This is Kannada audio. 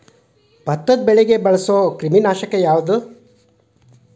ಭತ್ತದ ಬೆಳೆಗೆ ಬಳಸುವ ಕ್ರಿಮಿ ನಾಶಕ ಯಾವುದು?